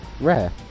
rare